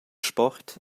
sport